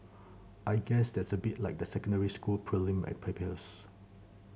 I guess that's a bit like the secondary school prelim and papers